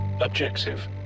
Objective